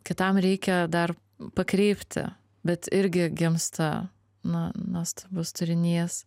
kitam reikia dar pakreipti bet irgi gimsta na nuostabus turinys